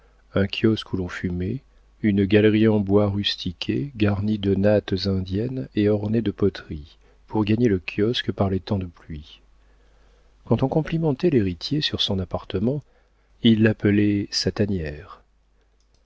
un kiosque où l'on fumait une galerie en bois rustiqué garnie de nattes indiennes et ornée de poteries pour gagner le kiosque par les temps de pluie quand on complimentait l'héritier sur son appartement il l'appelait sa tanière